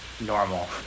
normal